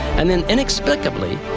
and then, inexplicably,